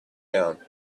down